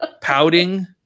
pouting